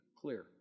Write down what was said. clear